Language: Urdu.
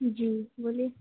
جی بولیے